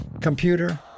computer